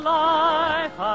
life